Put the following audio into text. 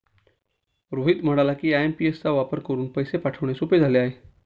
रोहित म्हणाला की, आय.एम.पी.एस चा वापर करून पैसे पाठवणे सोपे झाले आहे